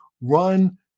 Run